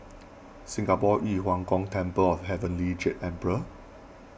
Singapore Yu Huang Gong Temple of Heavenly Jade Emperor